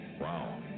Wow